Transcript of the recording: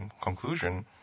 conclusion